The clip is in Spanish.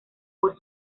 por